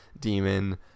demon